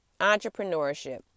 Entrepreneurship